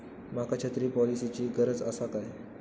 माका छत्री पॉलिसिची गरज आसा काय?